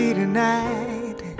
tonight